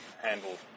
handled